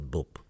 Bob